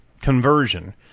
conversion